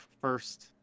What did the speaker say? first